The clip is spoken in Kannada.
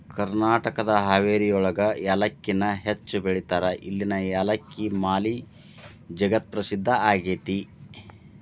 ಕರ್ನಾಟಕದ ಹಾವೇರಿಯೊಳಗ ಯಾಲಕ್ಕಿನ ಹೆಚ್ಚ್ ಬೆಳೇತಾರ, ಇಲ್ಲಿನ ಯಾಲಕ್ಕಿ ಮಾಲಿ ಜಗತ್ಪ್ರಸಿದ್ಧ ಆಗೇತಿ